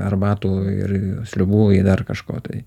arbatų ir sriubųi dar kažko tai